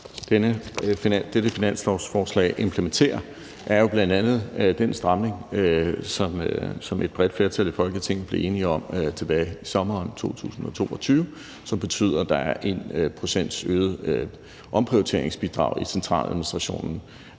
dette finanslovsforslag implementerer, er jo bl.a. den stramning, som et bredt flertal i Folketinget blev enige om tilbage i sommeren 2022, som betyder, at omprioriteringsbidraget bliver øget